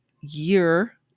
year